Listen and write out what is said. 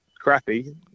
crappy